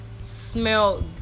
smell